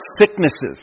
sicknesses